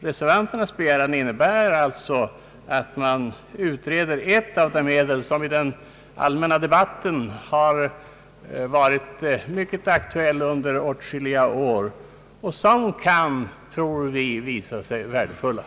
Reservanternas begäran innebär alltså att man utreder ett av de medel som i den allmänna debatten har varit mycket aktuellt under åtskilliga år och som kanske kan visa sig värdefullt.